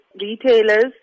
retailers